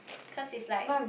cause it's like